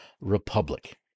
republic